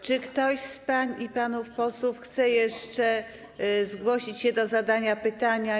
Czy ktoś z pań i panów posłów chce jeszcze zgłosić się do zadania pytania?